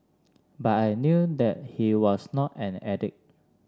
but I knew that he was not an addict